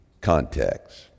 context